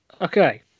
okay